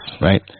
right